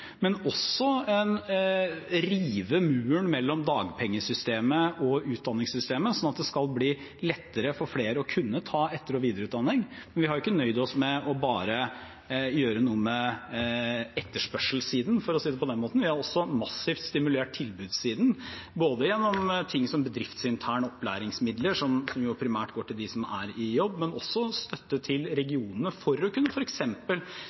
Men det er også å rive muren mellom dagpengesystemet og utdanningssystemet, sånn at det skal bli lettere for flere å kunne ta etter- og videreutdanning. Vi har ikke nøyd oss med bare å gjøre noe med etterspørselssiden, for å si det på den måten, vi har også massivt stimulert tilbudssiden gjennom ting som bedriftsinterne opplæringsmidler som primært går til dem som er i jobb, men også støtte til regionene for å kunne